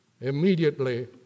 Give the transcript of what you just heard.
immediately